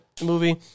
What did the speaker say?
movie